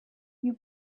you